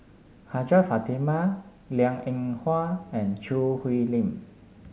Hajjah Fatimah Liang Eng Hwa and Choo Hwee Lim